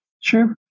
Sure